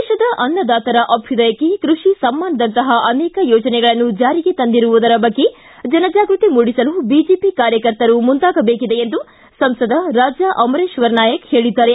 ದೇಶದ ಅನ್ನದಾತರ ಅಭ್ಯದಯಕ್ಕೆ ಕೃಷಿ ಸಮ್ಮಾನ್ದಂತಪ ಅನೇಕ ಯೋಜನೆಗಳನ್ನು ಜಾರಿಗೆ ತಂದಿರುವುದರ ಬಗ್ಗೆ ಜನಜಾಗೃತಿ ಮೂಡಿಸಲು ಬಿಜೆಪಿ ಕಾರ್ಯಕರ್ತರು ಮುಂದಾಗಬೇಕಿದೆ ಎಂದು ಸಂಸದ ರಾಜಾ ಅಮರೇಶ್ವರ ನಾಯಕ ಹೇಳಿದ್ದಾರೆ